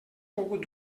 pogut